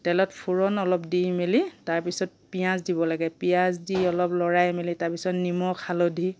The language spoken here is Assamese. তেলত ফুৰণ অলপ দি মেলি তাৰপিছত পিঁয়াজ দিব লাগে পিঁয়াজ দি অলপ লৰাই মেলি তাৰপিছত নিমখ হালধি